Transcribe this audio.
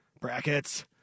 Brackets